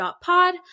Pod